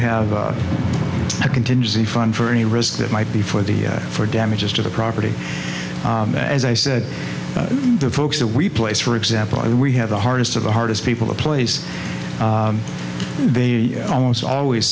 have a contingency fund for any risk that might be for the for damages to the property as i said the folks that we place for example we have the hardest of the hardest people to place they almost always